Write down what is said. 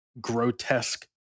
grotesque